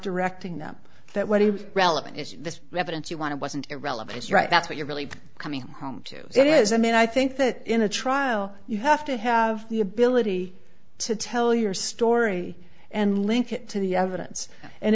directing them that what is relevant is this evidence you want to wasn't irrelevant it's right that's what you're really coming home to it is i mean i think that in a trial you have to have the ability to tell your story and link it to the evidence and